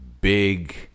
big